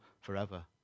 forever